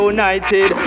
United